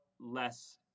less